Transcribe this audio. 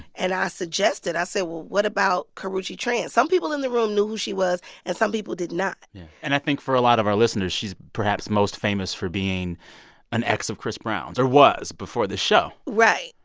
and i suggested i said, well, what about karrueche tran? some people in the room knew who she was and some people did not and i think for a lot of our listeners, she's perhaps most famous for being an ex of chris brown's, or was before the show right.